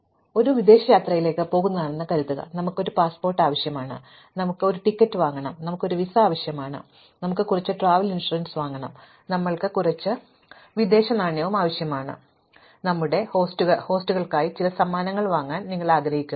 ഞങ്ങൾ ഒരു വിദേശ യാത്രയിലാണ് പോകുന്നതെന്ന് കരുതുക പിന്നെ ഞങ്ങൾക്ക് ഒരു പാസ്പോർട്ട് ആവശ്യമാണ് ഞങ്ങൾക്ക് ഒരു ടിക്കറ്റ് വാങ്ങണം ഞങ്ങൾക്ക് ഒരു വിസ ആവശ്യമാണ് ഞങ്ങൾക്ക് കുറച്ച് ട്രാവൽ ഇൻഷുറൻസ് വാങ്ങണം ഞങ്ങൾക്ക് കുറച്ച് വിദേശനാണ്യവും ആവശ്യമാണ് ഞങ്ങളുടെ ഹോസ്റ്റുകൾക്കായി ചില സമ്മാനങ്ങൾ വാങ്ങാൻ നിങ്ങൾ ആഗ്രഹിക്കുന്നു